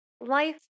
life